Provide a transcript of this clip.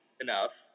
enough